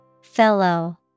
fellow